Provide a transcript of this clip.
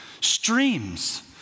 streams